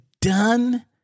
done